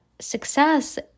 success